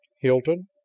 Hilton